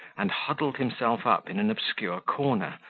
and huddled himself up in an obscure corner,